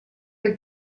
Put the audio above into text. que